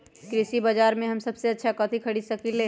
कृषि बाजर में हम सबसे अच्छा कथि खरीद सकींले?